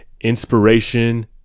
inspiration